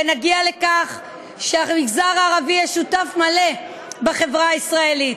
ונגיע לכך שהמגזר הערבי יהיה שותף מלא בחברה הישראלית.